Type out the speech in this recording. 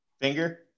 finger